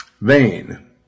vain